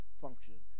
functions